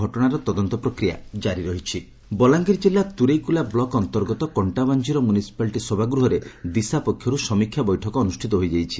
ଘଟଶାର ତଦନ୍ତ ପ୍ରକ୍ରିୟା ଜାରି ଦିଶା କାର୍ଯ୍ୟକ୍ରମ ବଲାଙ୍ଗିର ଜିଲ୍ଲା ତୁରେକେଲା ବ୍ଲକ ଅନ୍ତର୍ଗତ କକ୍କାବାଞ୍ଚିର ମ୍ୟୁନିସିପାଲିଟି ସଭାଗୃହରେ 'ଦିଶା' ପକ୍ଷରୁ ସମୀକ୍ଷା ବୈଠକ ଅନୁଷ୍ଠିତ ହୋଇଯାଇଛି